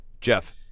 Jeff